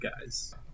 guys